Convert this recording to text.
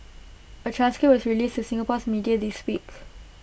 A transcript was released to Singapore's media this week